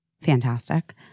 fantastic